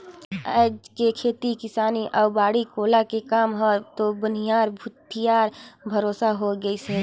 आयज के खेती किसानी अउ बाड़ी कोला के काम हर तो बनिहार भूथी यार भरोसा हो गईस है